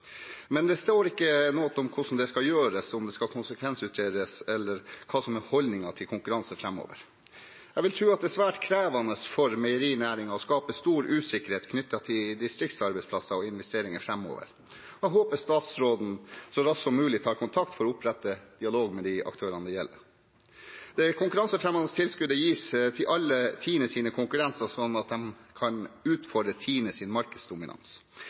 Men det står ikke noe om hvordan det skal gjøres, om det skal konsekvensutredes, eller hva som er holdningen til konkurranse framover. Jeg vil tro at det er svært krevende for meierinæringen og skaper stor usikkerhet knyttet til distriktsarbeidsplasser og investeringer framover. Jeg håper statsråden så raskt som mulig tar kontakt for å opprette dialog med de aktørene det gjelder. Det konkurransefremmende tilskuddet gis til alle Tines konkurrenter, slik at de kan utfordre Tines markedsdominans.